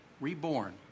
Reborn